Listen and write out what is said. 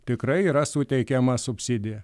tikrai yra suteikiama subsidija